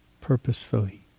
purposefully